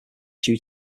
due